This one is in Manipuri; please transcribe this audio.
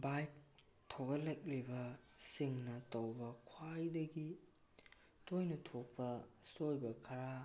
ꯕꯥꯏꯛ ꯊꯧꯒꯠꯂꯛꯂꯤꯕꯁꯤꯡꯅ ꯇꯧꯕ ꯈ꯭ꯋꯥꯏꯗꯒꯤ ꯇꯣꯏꯅ ꯊꯣꯛꯄ ꯑꯁꯣꯏꯕ ꯈꯔ